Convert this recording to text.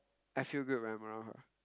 I feel good when I'm around her